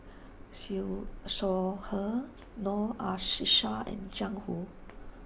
Siew Shaw Her Noor Aishah and Jiang Hu